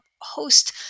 host